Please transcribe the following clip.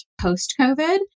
post-COVID